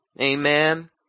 Amen